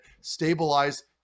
stabilize